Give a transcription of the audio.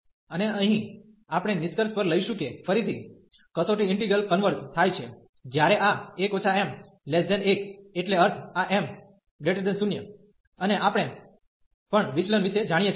અને અહીં આપણે નિષ્કર્ષ પર લઈશું કે ફરીથી કસોટી ઇન્ટિગલ કન્વર્ઝ થાય છે જ્યારે આ 1 m1 એટલે અર્થ આ m0 અને આપણે પણ વિચલન વિશે જાણીએ છીએ